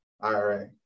IRA